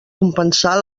compensar